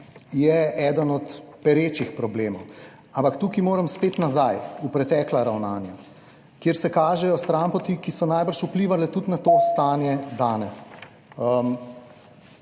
je eden od perečih problemov, ampak tukaj moram spet nazaj, v pretekla ravnanja, kjer se kažejo stranpoti, ki so najbrž vplivale tudi na to / znak za